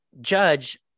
judge